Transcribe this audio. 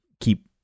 keep